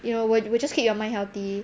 you know will will just keep your mind healthy